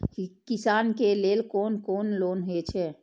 किसान के लेल कोन कोन लोन हे छे?